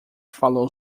falou